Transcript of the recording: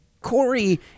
Corey